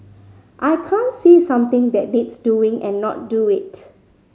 I can't see something that needs doing and not do it